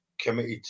committed